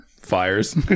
fires